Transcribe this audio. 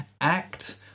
act